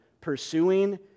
pursuing